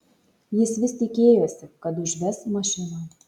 jis vis tikėjosi kad užves mašiną